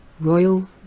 Royal